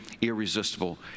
irresistible